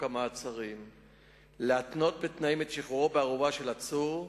המעצרים להתנות בתנאים את שחרורו בערובה של עצור.